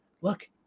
look